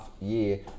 year